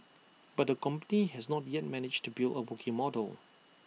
but the company has not yet managed to build A working model